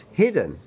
hidden